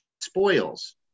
spoils